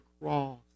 cross